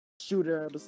Shooter